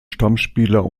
stammspieler